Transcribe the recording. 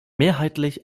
mehrheitlich